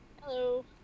Hello